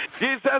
Jesus